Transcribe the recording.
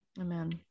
Amen